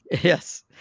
Yes